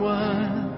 one